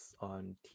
on